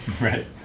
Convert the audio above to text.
Right